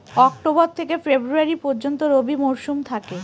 October থেকে ফেব্রুয়ারি পর্যন্ত রবি মৌসুম থাকে